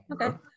Okay